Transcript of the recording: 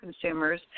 consumers